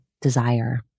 desire